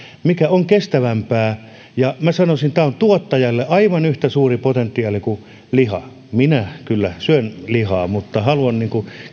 mikä on kestävämpää ja sanoisin että tämä on tuottajalle aivan yhtä suuri potentiaali kuin liha minä kyllä syön lihaa mutta haluan